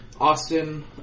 Austin